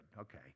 Okay